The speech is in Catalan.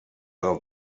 del